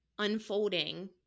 unfolding